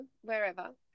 wherever